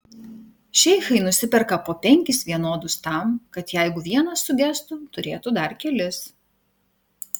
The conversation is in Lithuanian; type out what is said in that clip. šeichai nusiperka po penkis vienodus tam kad jeigu vienas sugestų turėtų dar kelis